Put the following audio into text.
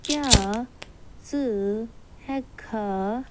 کیٛاہ ژٕ ہیٚکہٕ کھا